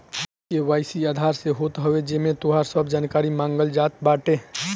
KYC Aadhaar से होत हवे जेमे तोहार सब जानकारी मांगल जात बाटे